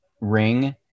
ring